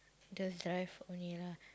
just drive only lah